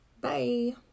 Bye